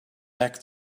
back